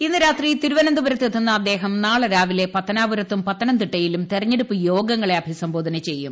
ഇന്ന് രാത്രി തിരുവന്ന്തപുരത്ത് എത്തുന്ന അദ്ദേഹം നാളെ രാവിലെ പത്തന്നാപുരത്തും പത്തനംതിട്ടയിലും തെരഞ്ഞെടുപ്പ് യോഗങ്ങളെ അഭിസംബോധ ചെയ്യും